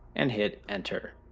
and hit enter.